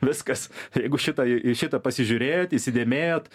viskas jeigu šitą į šitą pasižiūrėjot įsidėmėjot